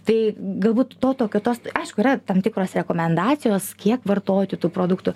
tai galbūt to tokio tos aišku yra tam tikros rekomendacijos kiek vartoti tų produktų